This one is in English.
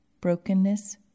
Brokenness